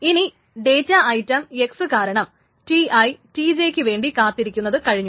ഇനി data item x കാരണം Ti Tj യ്ക്ക് വേണ്ടി കാത്തിരിക്കുന്നത് കഴിഞ്ഞു